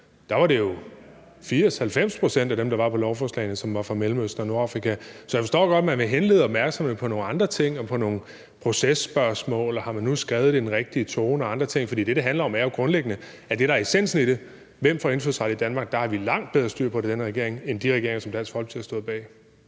jo var 80 pct., 90 pct. af dem, der var på lovforslagene, som var fra Mellemøsten og Nordafrika. Så jeg forstår godt, at man vil henlede opmærksomheden på nogle andre ting, på nogle processpørgsmål, og om man nu har skrevet det i den rigtige tone og andre ting. For det, det handler om, er jo grundlæggende, at med hensyn til det, der er essensen i det, nemlig hvem der får indfødsret i Danmark, har vi langt bedre styr på det i den her regering, end man havde det i de regeringer, som Dansk Folkeparti har stået bag.